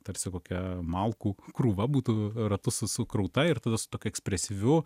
tarsi kokia malkų krūva būtų ratu su sukrauta ir tada su tokiu ekspresyviu